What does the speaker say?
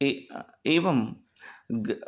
ए एवं कः